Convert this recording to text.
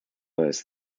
was